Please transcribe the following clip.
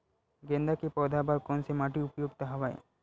गेंदा के पौधा बर कोन से माटी उपयुक्त हवय?